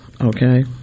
okay